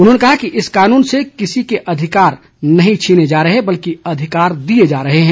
उन्होंने कहा कि इस कानून से किसी के अधिकार नहीं छीने जा रहे बल्कि अधिकार दिए जा रहे हैं